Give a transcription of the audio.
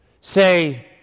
say